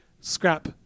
scrap